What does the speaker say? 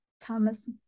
Thomas